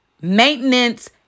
maintenance